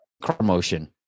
promotion